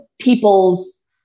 people's